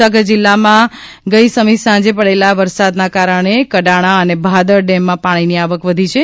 મહીસાગર જીલ્લામાં ગઈસમી સાંજે પડેલા વરસાદ ના કારણે કડાણા અને ભાદર ડેમ માં પાણી ની આવક વધી છે